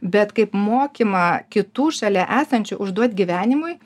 bet kaip mokymą kitų šalia esančių užduot gyvenimui